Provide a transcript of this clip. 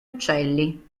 uccelli